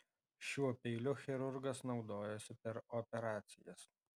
šiuo peiliu chirurgas naudojosi per operacijas